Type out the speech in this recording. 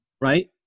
right